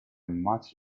much